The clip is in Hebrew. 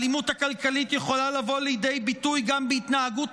האלימות הכלכלית יכולה לבוא לידי ביטוי גם בהתנהגות